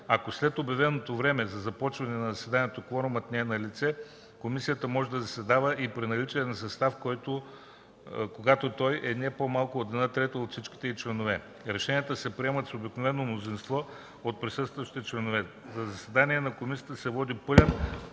Ако след обявеното време за започване на заседанието кворумът не е налице, Комисията може да заседава и при наличния състав, когато той е не по-малко от една трета от всичките й членове. Решенията се приемат с обикновено мнозинство от присъстващите членове. За заседанията на Комисията се води пълен